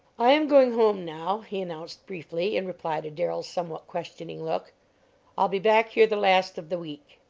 i am going home now, he announced briefly, in reply to darrell's somewhat questioning look i'll be back here the last of the week.